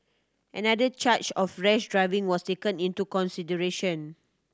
another charge of rash driving was taken into consideration